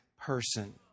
person